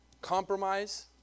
Compromise